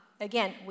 Again